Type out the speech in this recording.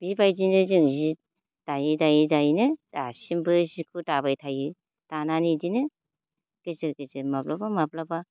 बेबायदिनो जों सि दायै दायै दायैनो दासिमबो सिखौ दाबाय थायो दानानै बिदिनो गेजेर गेजेर माब्लाबा माब्लाबा